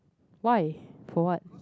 why for what